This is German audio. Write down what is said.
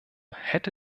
hätte